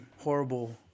horrible